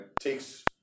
takes